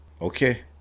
Okay